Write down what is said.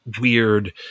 weird